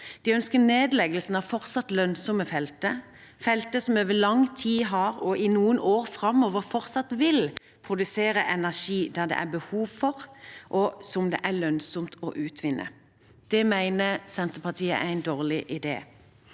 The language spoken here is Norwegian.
De ønsker nedleggelse av fortsatt lønnsomme felter, felter som over lang tid har produsert, og i noen år framover fortsatt vil produsere, energi det er behov for, og som det er lønnsomt å utvinne. Det mener Senterpartiet er en dårlig idé.